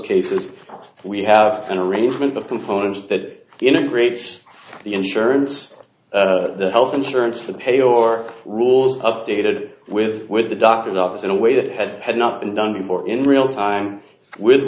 cases we have an arrangement of components that integrates the insurance the health insurance for pay or rules updated with with the doctor's office in a way that had not been done before in real time with